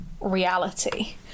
reality